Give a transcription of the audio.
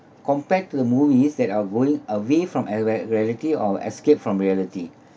compared to the movies that are going away from e~ rea~ reality or escape from reality